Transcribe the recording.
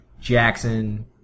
Jackson